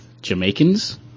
Jamaicans